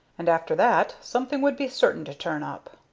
and after that something would be certain to turn up.